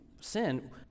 sin